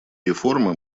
реформа